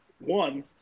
one